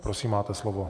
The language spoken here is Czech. Prosím, máte slovo.